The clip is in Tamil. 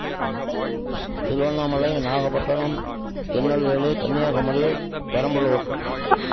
அப்புறம் திருவண்ணாமலை நாகப்பட்டினம் திருநெல்வேலி கன்னியாகுமரி பெரம்பலூர்